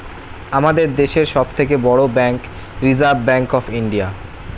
আমাদের দেশের সব থেকে বড় bank reserve bank of India